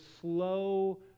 slow